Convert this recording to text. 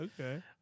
Okay